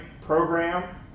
program